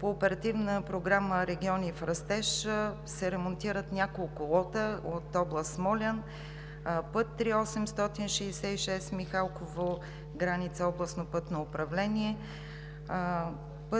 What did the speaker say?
По Оперативна програма „Региони в растеж“ се ремонтират няколко лота от област Смолян – път III-866 Михалково – граница Областно пътно управление,